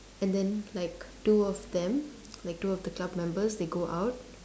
and then like two of them like two of the club members they go out